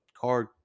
card